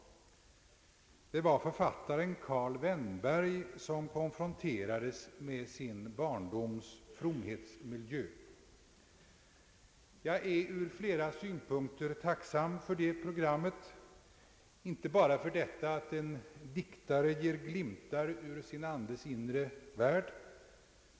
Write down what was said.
Det var författaren Karl Vennberg som konfronterades med sin barndoms fromhetsmiljö. Jag är ur flera synpunkter tacksam för det programmet. Inte bara för detta att en diktare ger glimtar ur sin andes inre värld.